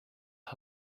was